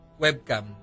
webcam